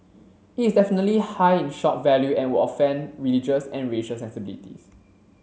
it is definitely high in shock value and would offend religious and racial sensibilities